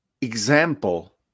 example